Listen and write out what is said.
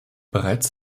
bereits